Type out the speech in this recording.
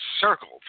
circled